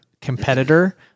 competitor